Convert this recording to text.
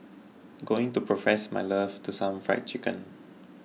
going to profess my love to some Fried Chicken